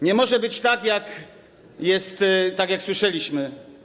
Nie może być tak, jak jest, jak usłyszeliśmy.